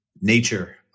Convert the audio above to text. nature